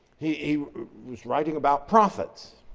he was writing about prophets,